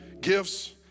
gifts